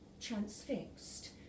transfixed